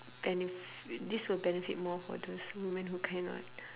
benef~ this will benefit more for those women who cannot